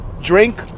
drink